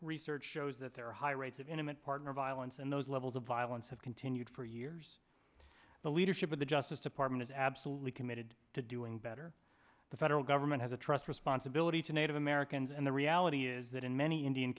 research shows that there high rates of intimate partner violence and those levels of violence have continued for years the leadership of the justice department is absolutely committed to doing better the federal government has a trust responsibility to native americans and the reality is that in many indian